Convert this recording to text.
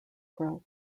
growth